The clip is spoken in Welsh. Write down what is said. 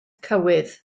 cywydd